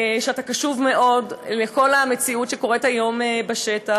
ואתה קשוב מאוד לכל מה שקורה היום בשטח.